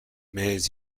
mais